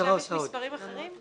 שם יש מספרים נוספים.